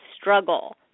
struggle